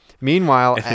Meanwhile